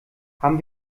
haben